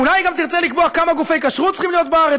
אולי היא גם תרצה לקבוע כמה גופי כשרות צריכים להיות בארץ,